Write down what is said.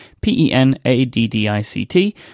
P-E-N-A-D-D-I-C-T